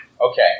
okay